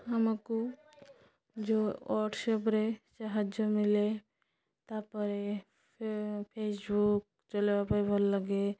ଆମକୁ ଯୋଉ ହ୍ୱାଟ୍ସପ୍ରେ ସାହାଯ୍ୟ ମିିଳେ ତା'ପରେ ଫେସବୁକ୍ ଚଲେଇବା ପାଇଁ ଭଲ ଲାଗେ